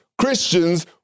Christians